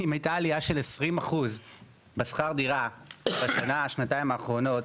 אם הייתה עלייה של 20% בשכר דירה בשנה שנתיים האחרונות,